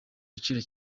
giciro